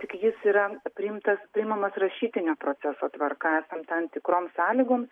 tik jis yra priimtas priimamas rašytinio proceso tvarka esant tam tikroms sąlygoms